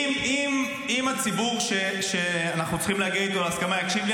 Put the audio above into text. אם הציבור שאנחנו צריכים להגיע איתו להסכמה יקשיב לי,